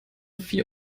vier